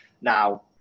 Now